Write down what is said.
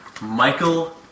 Michael